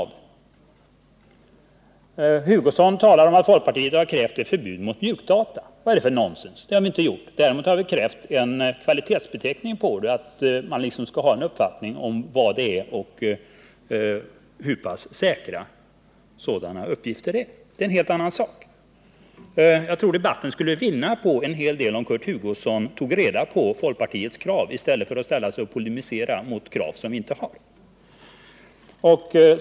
Kurt Hugosson sade att folkpartiet har krävt ett förbud mot mjukdata. Vad är det för nonsens? Vi har inte krävt något sådant förbud. Däremot har vi krävt en kvalitetsbeteckning, så att man kan få en uppfattning om vad det är för någonting och hur pass säkra uppgifterna är. Det är ju en helt annan sak. Jag tror att debatten skulle vinna på att Kurt Hugosson tog reda på folkpartiets krav i stället för att polemisera mot krav som folkpartiet inte reser.